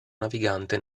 navigante